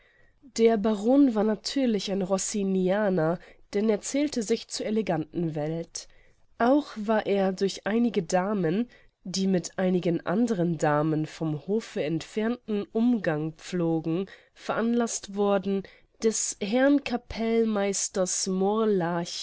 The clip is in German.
der baron war natürlich ein rossinianer denn er zählte sich zur eleganten welt auch war er durch einige damen die mit einigen andern damen vom hofe entfernten umgang pflogen veranlaßt worden des herrn capellmeisters